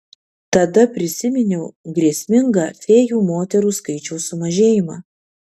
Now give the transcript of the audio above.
tada prisiminiau grėsmingą fėjų moterų skaičiaus sumažėjimą